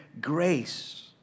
grace